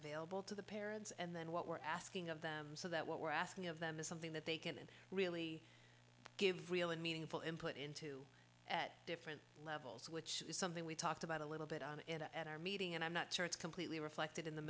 available to the parents and then what we're asking of them so that what we're asking of them is something that they can really give real and meaningful input into at different levels which is something we talked about a little bit on at our meeting and i'm not sure it's completely reflected in the